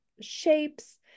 shapes